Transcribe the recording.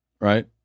right